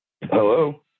Hello